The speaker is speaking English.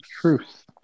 Truth